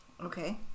Okay